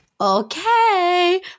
okay